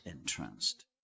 entranced